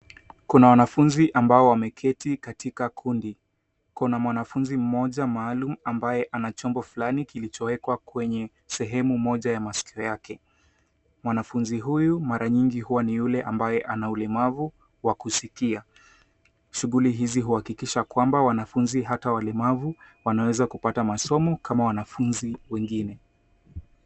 Kuna wanafunzi ambao wameketi katika kundi. Kuna mwanafunzi mmoja maalumu ambaye ana chombo fulani kilichowekwa kwenye sehemu moja ya masikio yake. Mwanafunzi huyu mara nyingi huwa ni yule ambaye ana ulemavu wa kusikia. Shughuli hizi kuhakikisha kwamba wanafunzi hata walemavu wanaweza kupata masomo kama wanafunzi wengine.